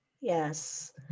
yes